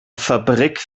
fabrik